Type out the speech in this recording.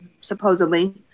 supposedly